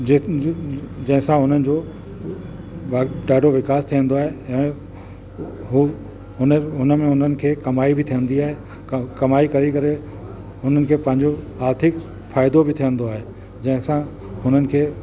जे जंहिंसां उन जो ॾाढो विकास थींदो आहे ऐं हू हुन में हुननि खे कमाई बि थींदी आहे क कमाई करी करे हुननि खे पंहिंजो आर्थिक फ़ाइदो बि थींदो आहे जंहिंसां हुननि खे